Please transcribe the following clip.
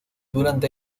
durante